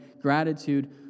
gratitude